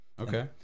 Okay